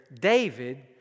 David